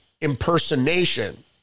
impersonation